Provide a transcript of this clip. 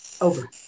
Over